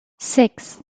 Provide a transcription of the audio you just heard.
six